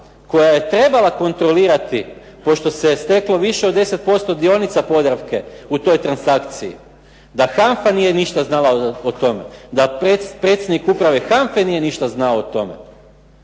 koja je trebala kontrolirati pošto se steklo više od 10% dionica od Podravke u toj transakciji, da HANFA nije ništa znala o tome, da predsjednik uprave HANFA-e ništa nije znao o tome.